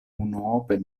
unuope